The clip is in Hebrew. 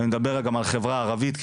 ואני מדבר גם על החברה הערבית,